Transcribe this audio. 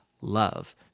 love